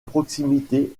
proximité